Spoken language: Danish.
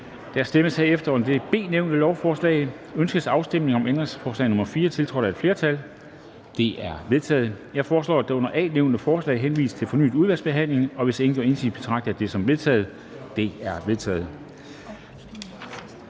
om det under B nævnte lovforslag: Ønskes afstemning om ændringsforslag nr. 4, tiltrådt af et flertal (S, V, DF, SF, RV, EL, KF og FG)? Det er vedtaget. Jeg foreslår, at det under A nævnte forslag henvises til fornyet udvalgsbehandling, og hvis ingen gør indsigelse, betragter jeg det som vedtaget. Det er vedtaget.